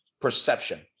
perception